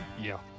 yeah.